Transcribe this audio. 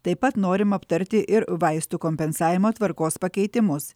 taip pat norima aptarti ir vaistų kompensavimo tvarkos pakeitimus